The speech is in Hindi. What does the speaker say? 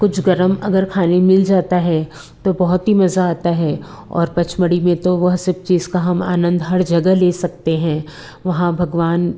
कुछ गरम अगर खाने मिल जाता है तो बहुत ही मज़ा आता है और पंचमढ़ी में तो वह सब चीज़ का हम आनंद हर जगह ले सकते हैं वहाँ भगवान